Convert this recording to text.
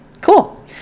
cool